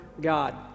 God